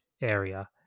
area